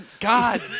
God